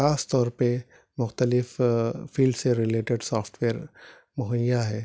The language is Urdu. خاص طور پہ مختلف فیلڈس سے رلیٹیڈ سافٹ ویئر مہیا ہے